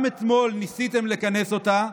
גם אתמול ניסיתם לכנס אותה,